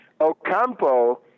Ocampo